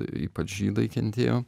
ypač žydai kentėjo